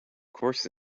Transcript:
course